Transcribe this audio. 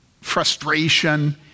frustration